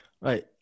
Right